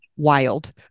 Wild